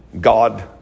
God